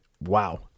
wow